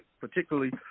particularly